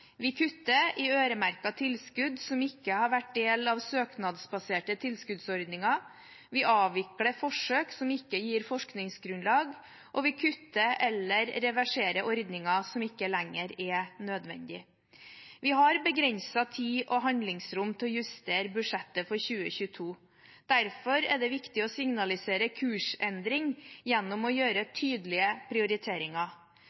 Vi kutter i øremerkede tilskudd som ikke har vært del av søknadsbaserte tilskuddsordninger, vi avvikler forsøk som ikke gir forskningsgrunnlag, og vi kutter eller reverserer ordninger som ikke lenger er nødvendige. Vi har begrenset tid og handlingsrom til å justere budsjettet for 2022. Derfor er det viktig å signalisere kursendring gjennom å gjøre